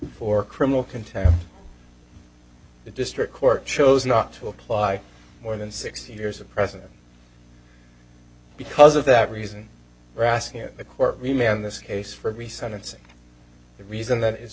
for criminal contempt the district court chose not to apply more than six years of president because of that reason we're asking the court remain on this case for every sentencing the reason that i